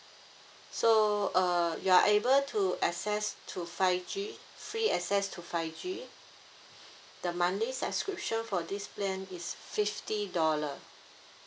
so uh you are able to access to five G free access to five G the monthly subscription for this plan is fifty dollar